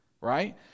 Right